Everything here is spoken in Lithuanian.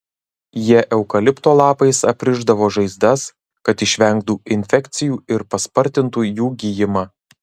jie eukalipto lapais aprišdavo žaizdas kad išvengtų infekcijų ir paspartintų jų gijimą